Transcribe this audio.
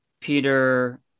Peter